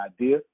idea